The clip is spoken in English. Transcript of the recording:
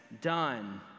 done